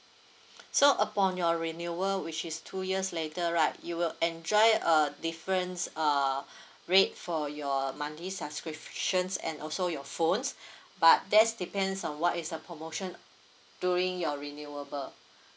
so upon your renewal which is two years later right you will enjoy a difference err rate for your monthly subscriptions and also your phones but that's depends on what is the promotion during your renewable